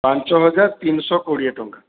ପାଞ୍ଚ ହଜାର ତିନଶହ କୋଡ଼ିଏ ଟଙ୍କା